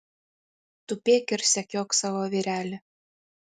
tupėk ir sekiok savo vyrelį